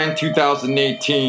2018